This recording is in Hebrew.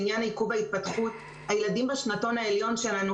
לעניין עיכוב ההתפתחות: הילדים בשנתון העליון שלנו,